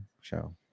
show